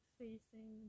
facing